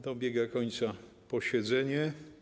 Dobiega końca posiedzenie.